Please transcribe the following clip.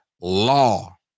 law